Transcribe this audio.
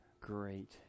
great